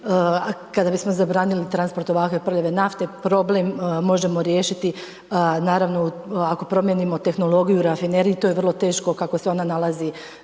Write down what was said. kada bismo zabranili transport ovakve prljave nafte, problem možemo riješiti naravno ako promijenimo tehnologiju u rafineriji, to je vrlo teško kako se ona nalazi